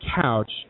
couch